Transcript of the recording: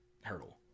hurdle